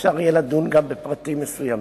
אפשר יהיה לדון גם בפרטים מסוימים.